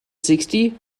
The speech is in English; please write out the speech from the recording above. sixty